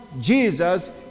Jesus